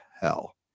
hell